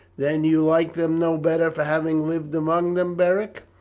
then you like them no better for having lived among them, beric?